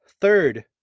Third